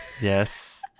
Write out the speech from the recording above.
yes